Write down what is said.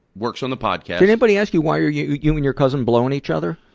works on the podcast. did anybody ask you why are you you and your cousin blowing each other?